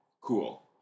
cool